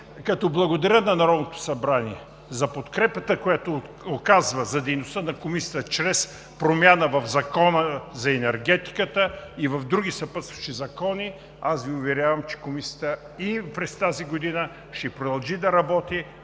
като благодаря на Народното събрание за подкрепата, която оказва за дейността на Комисията чрез промяна в Закона за енергетиката и в други съпътстващи закони, аз Ви уверявам, че Комисията и през тази година ще продължи да работи